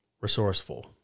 resourceful